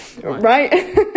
right